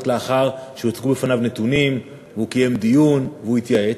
לאחר שהוצגו בפניו נתונים והוא קיים דיון והוא התייעץ.